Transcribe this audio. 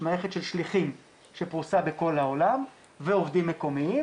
מערכת של שליחים שפרוסה בכל העולם ועובדים מקומיים,